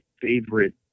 favorite